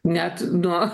net nuo